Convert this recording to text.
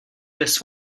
this